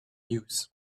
news